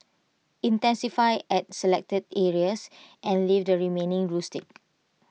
intensify at selected areas and leave the remaining rustic